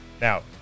Now